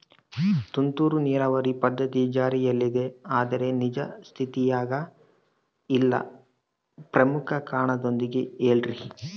ತುಂತುರು ನೇರಾವರಿ ಪದ್ಧತಿ ಜಾರಿಯಲ್ಲಿದೆ ಆದರೆ ನಿಜ ಸ್ಥಿತಿಯಾಗ ಇಲ್ಲ ಪ್ರಮುಖ ಕಾರಣದೊಂದಿಗೆ ಹೇಳ್ರಿ?